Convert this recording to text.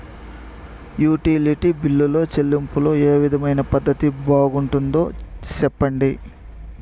Utility బిల్లులో చెల్లింపులో ఏ విధమైన పద్దతి బాగుంటుందో సెప్పండి?